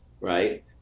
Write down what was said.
right